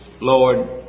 Lord